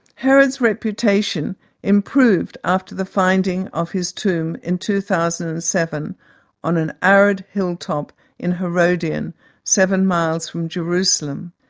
herod's reputation improved after the finding of his tomb in two thousand and seven on an arid-hilltop in herodian seven miles from jerusalem.